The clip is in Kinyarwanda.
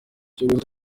icyorezo